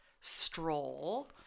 stroll